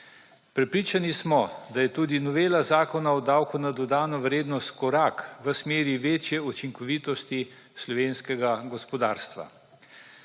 Prepričani smo, da je tudi novela Zakona o davku na dodano vrednost korak v smeri večje učinkovitosti slovenskega gospodarstva.